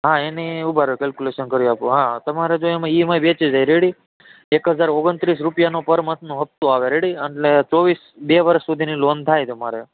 હા એની ઊભા રહો કેલ્ક્યુલેશન કરી આપું હા હા તમારે જો એમાં ઈએમઆઈ વેચાઈ જાય રેડી એક હજાર ઓગનત્રીસ રૂપિયાનો પર મંથનો હફતો આવે રેડી એટલે ચોવીસ બે વરસ સુધીની લોન થાય તમારે